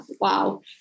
wow